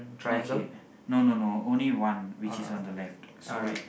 okay no no no only one which is on the left so